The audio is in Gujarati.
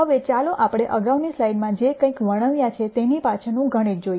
હવે ચાલો આપણે અગાઉની સ્લાઇડમાં જે કંઇ વર્ણવ્યા છે તેની પાછળનું ગણિત જોઈએ